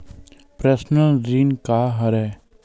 Personal ऋण का हरय?